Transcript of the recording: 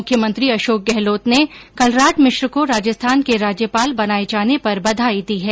मुख्यमंत्री अशोक गहलोत ने कलराज मिश्र को राजस्थान के राज्यपाल बनाये जाने पर बधाई दी है